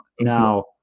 now